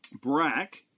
Brack